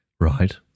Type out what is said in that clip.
Right